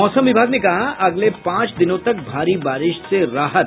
मौसम विभाग ने कहा अगले पांच दिनों तक भारी बारिश से राहत